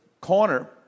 corner